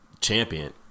champion